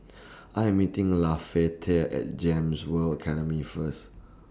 I Am meeting Lafayette At Gems World Academy First